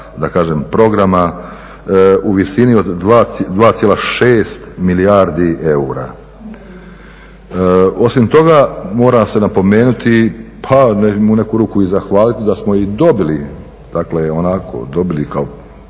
kroz 52 programa u visini od 2,6 milijardi eura. Osim toga, mora se napomenuti pa u neku ruku i zahvaliti da smo i dobili dakle onako, dobili kao